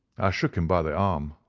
i shook him by the arm,